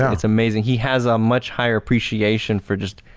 yeah it's amazing. he has a much higher apreaciation for just